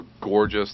gorgeous